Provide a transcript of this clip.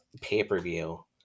pay-per-view